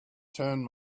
turn